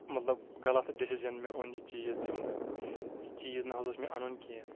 مطلب غلط ڈسجن مےٚ اوٚن یہِ چیٖز تمہِ دۄہ یہِ چیٖز نہ حظ اوس مےٚ انُن کینٛہہ